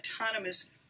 autonomous